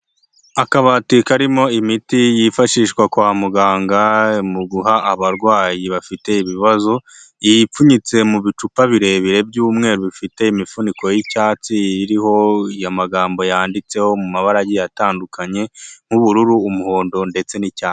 Akabati karimo imiti yifashishwa kwa muganga mu guha abarwayi bafite ibibazo, ipfunyitse mu bicupa birebire by'umweru bifite imifuniko y'icyatsi iriho amagambo yanditseho mu mabara atandukanye, nk'ubururu, umuhondo, ndetse n'icyatsi.